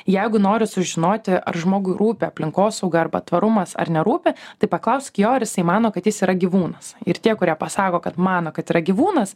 jeigu noriu sužinoti ar žmogui rūpi aplinkosauga arba tvarumas ar nerūpi tai paklausk jo ar jisai mano kad jis yra gyvūnas ir tie kurie pasako kad mano kad yra gyvūnas